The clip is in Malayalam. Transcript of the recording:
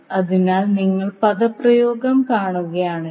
അതിനാൽ നിങ്ങൾ പദപ്രയോഗം കാണുകയാണെങ്കിൽ